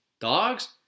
Dogs